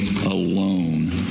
alone